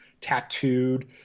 tattooed